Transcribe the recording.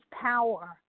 power